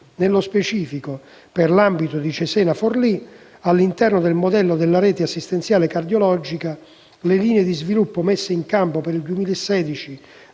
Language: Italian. Nello specifico, per l'ambito di Cesena-Forlì, all'interno del modello della rete assistenziale cardiologica, le linee di sviluppo messe in campo per il 2016